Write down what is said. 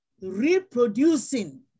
reproducing